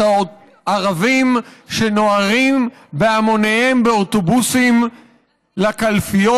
את הערבים שנוהרים בהמוניהם באוטובוסים לקלפיות,